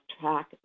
track